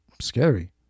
scary